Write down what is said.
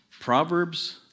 Proverbs